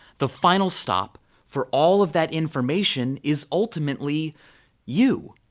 the final stop for all of that information is ultimately you.